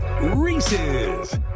Reese's